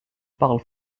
parle